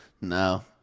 No